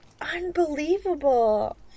Unbelievable